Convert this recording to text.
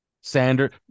Sanders